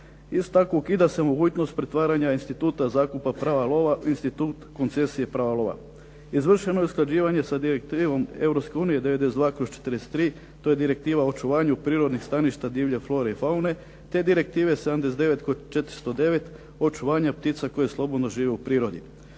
Isto tako ukida se mogućnost pretvaranja instituta zakupa prava lova, institut koncesije prava love. Izvršeno je usklađivanje sa direktivom Europske unije 92/43, to je direktiva o očuvanju prirodnih staništa divlje flore i faune, te direktive 79/409 očuvanja ptica koje slobodno žive u prirodi.